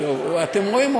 אתם רואים,